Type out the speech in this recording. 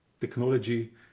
technology